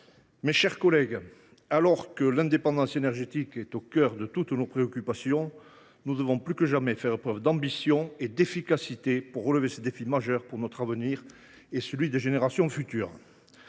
mes chers collègues, alors que l’indépendance énergétique est au cœur de toutes nos préoccupations, nous devons, plus que jamais, faire preuve d’ambition et d’efficacité pour relever ces défis majeurs pour notre avenir et pour celui des générations futures.